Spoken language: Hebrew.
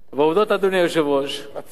רצוי.